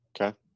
Okay